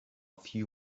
few